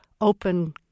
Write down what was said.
open